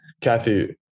Kathy